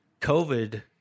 COVID